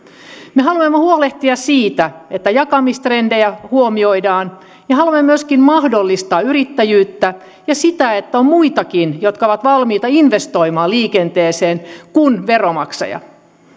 me haluamme huolehtia siitä että jakamistrendejä huomioidaan ja haluamme myöskin mahdollistaa yrittäjyyttä ja sitä että on muitakin jotka ovat valmiita investoimaan liikenteeseen kuin veromaksajat